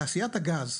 תעשיית הגז,